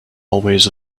hallways